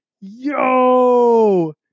Yo